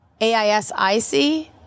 A-I-S-I-C